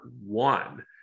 one